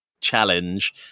challenge